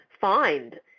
find